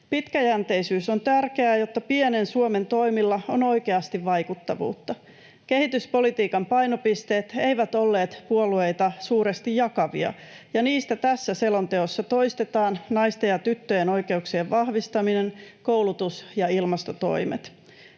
Pitkäjänteisyys on tärkeää, jotta pienen Suomen toimilla on oikeasti vaikuttavuutta. Kehityspolitiikan painopisteet eivät olleet puolueita suuresti jakavia, ja niistä tässä selonteossa toistetaan naisten ja tyttöjen oikeuksien vahvistaminen, koulutus ja ilmastotoimet.